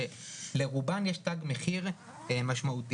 שלרובן יש תג מחיר משמעותי.